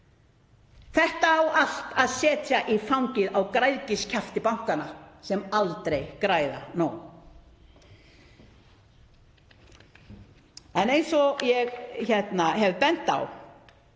Þetta á allt að setja í fangið á græðgiskjafti bankanna sem aldrei græða nóg. En eins og ég hef bent á